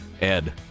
Ed